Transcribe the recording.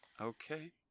Okay